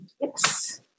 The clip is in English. Yes